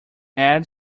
add